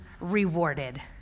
rewarded